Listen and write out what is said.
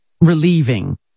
relieving